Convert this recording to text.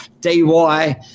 DY